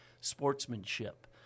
sportsmanship